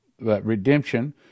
redemption